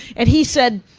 and he said,